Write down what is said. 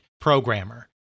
programmer